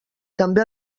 també